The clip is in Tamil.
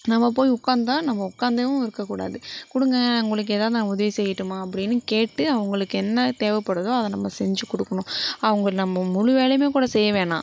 நம்ம போய் உட்காந்து தான் நம்ம உட்காந்தும் இருக்கக்கூடாது கொடுங்க உங்களுக்கு எதாவது நான் உதவி செய்யட்டுமா அப்படினு கேட்டு அவங்களுக்கு என்ன தேவைப்படுதோ அதை நம்ம செஞ்சு கொடுக்குணும் அவங்க நம்ம் முழு வேலையுமே கூட செய்ய வேணாம்